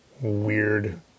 weird